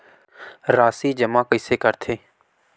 राशि जमा कइसे करथे?